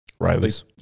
Riley's